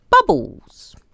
bubbles